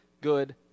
good